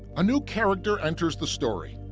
a new character enters the story.